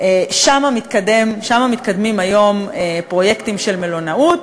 שם מתקדמים היום פרויקטים של מלונאות.